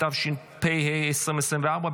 התשפ"ה 2024,